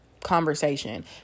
conversation